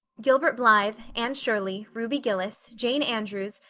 gilbert blythe, anne shirley, ruby gillis, jane andrews,